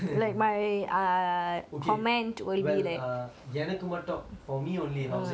okay well err எனக்கு மட்டும்:enakku mattum for me only housing free I'll wish for that lah